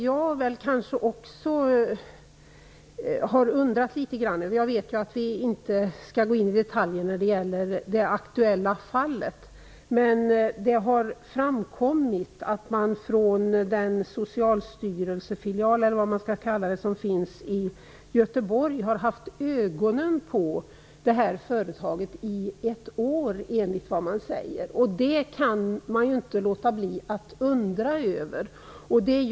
Jag har också undrat litet grand över en annan sak. Jag vet ju att vi inte skall gå in i detaljer när det gäller det aktuella fallet, men det har framkommit att den socialstyrelsefilial, eller vad man skall kalla det, som finns i Göteborg har haft ögonen på det här företaget i ett år. Man kan inte låta bli att undra över detta.